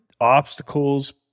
obstacles